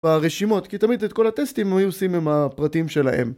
והרשימות, כי תמיד את כל הטסטים היו עושים עם הפרטים שלהם